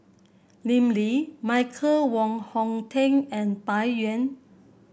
Lim Lee Michael Wong Hong Teng and Bai Yan